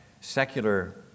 secular